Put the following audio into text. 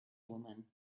woman